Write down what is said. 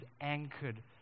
anchored